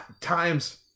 times